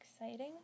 exciting